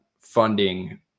funding